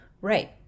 right